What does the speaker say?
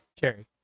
cherry